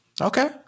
Okay